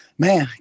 Man